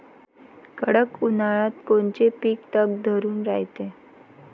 कडक उन्हाळ्यात कोनचं पिकं तग धरून रायते?